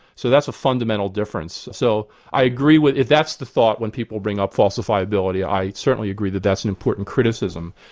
so that's a fundamental difference. so i agree that if that's the thought when people bring up falsifiability, i certainly agree that that's an important criticism.